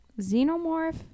Xenomorph